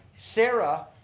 sara,